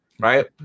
Right